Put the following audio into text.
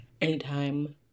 anytime